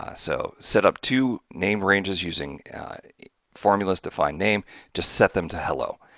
ah so, set up to named ranges using formulas to find name just set them to hello.